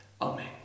Amen